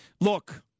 Look